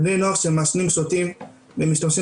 בני נוער שמעשנים ושותים ומשתמשים